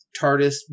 TARDIS